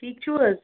ٹھیٖک چھُو حظ